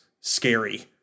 scary